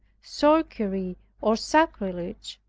sorcery, or sacrilege,